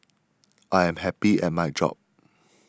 I am happy at my job